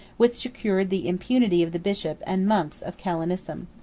which secured the impunity of the bishop and monks of callinicum.